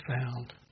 found